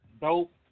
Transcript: Dope